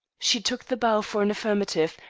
she took the bow for an affirmative,